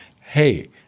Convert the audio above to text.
hey